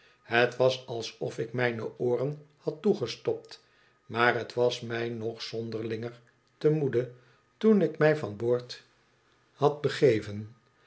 het was alspf ik mijne ooren had toegestopt maar het was mij nog zonderlinger te moede toen ik mij van boord had begeven